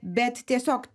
bet tiesiog